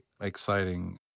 Exciting